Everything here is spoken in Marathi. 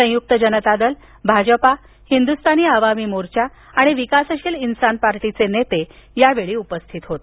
संयुक्त जनता दल भाजपा हिंदुस्तानी आवामी मोर्चा आणि विकासशील इन्सान पार्टीचे नेते यावेळी उपस्थित होते